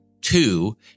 Two